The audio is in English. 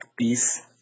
peace